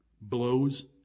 blows